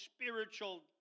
spiritual